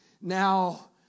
now